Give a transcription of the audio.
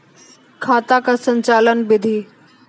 खाता का संचालन बिधि?